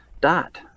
Dot